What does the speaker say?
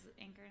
anchor